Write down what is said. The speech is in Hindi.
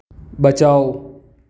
बचाओ